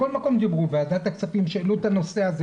בכל מקום דיברו ועדת הכספים שהעלו את הנושא הזה